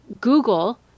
Google